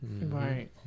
Right